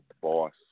boss